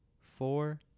four